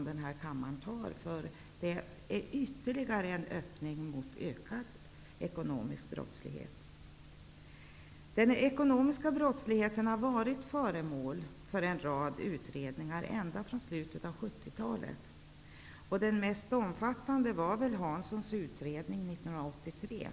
Det är en ytterligare öppning mot ökad ekonomisk brottslighet. Den ekonomiska brottsligheten har varit föremål för en rad utredningar ända från slutet av 70-talet. Den mest omfattande är väl Hanssons utredning från 1983.